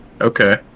Okay